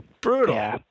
brutal